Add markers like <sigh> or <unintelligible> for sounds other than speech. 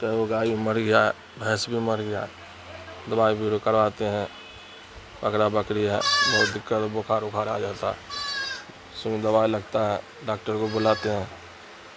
<unintelligible> وہ گائے مر گیا بھینس بھی مر گیا دوائی بیرو کرواتے ہیں بکرا بکری ہے بہت دقت بخار وخار آ جاتا اس میں دوائی لگتا ہے ڈاکٹر کو بلاتے ہیں